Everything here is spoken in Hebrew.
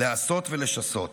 להסות ולשסות.